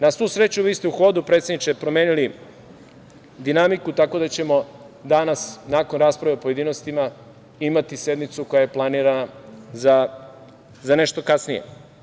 Na svu sreću, vi ste u hodu, predsedniče, promenili dinamiku, tako da ćemo danas, nakon rasprave u pojedinostima, imati sednicu koja je planirana za nešto kasnije.